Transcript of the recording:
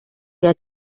der